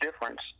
difference